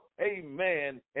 Amen